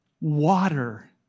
water